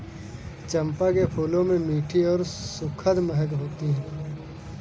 चंपा के फूलों में मीठी और सुखद महक होती है